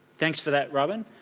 thanks for that robyn.